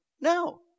No